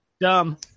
dumb